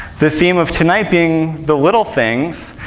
the theme of tonight being the little things,